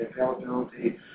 availability